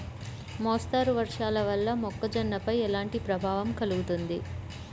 మోస్తరు వర్షాలు వల్ల మొక్కజొన్నపై ఎలాంటి ప్రభావం కలుగుతుంది?